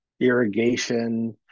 irrigation